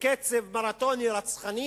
בקצב מרתוני רצחני